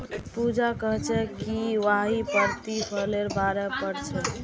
पूजा कोहछे कि वहियं प्रतिफलेर बारे पढ़ छे